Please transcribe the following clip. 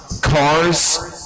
cars